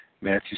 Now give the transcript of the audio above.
Matthew